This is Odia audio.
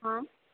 ହଁ